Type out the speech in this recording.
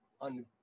on